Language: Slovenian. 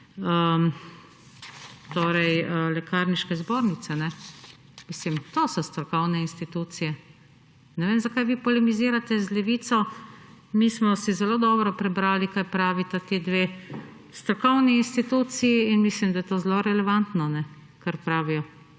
mnenjem Lekarniške zbornice, to so strokovne institucije. Ne vem, zakaj vi polemizirate z Levico. Mi smo si zelo dobro prebrali, kaj pravita ti dve strokovni instituciji, in misim, da je to zelo relevantno, kar pravijo.